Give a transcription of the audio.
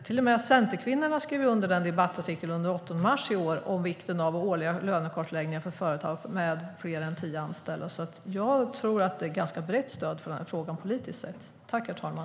Till och med Centerkvinnorna skrev ju under en debattartikel den 8 mars i år om vikten av årliga lönekartläggningar för företag med fler än tio anställda. Jag tror att vi har ett ganska brett politiskt stöd i den här frågan.